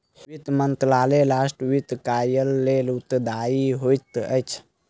वित्त मंत्रालय राष्ट्र वित्त कार्यक लेल उत्तरदायी होइत अछि